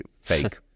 fake